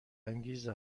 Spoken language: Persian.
انگیز